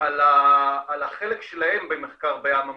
על הקרדיט שלהן על החלק שלהן במחקר בים העמוק,